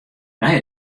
nei